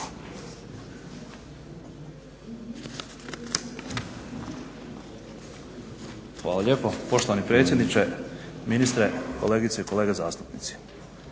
Hvala lijepo poštovani predsjedniče, ministre, kolegice i kolege zastupnici.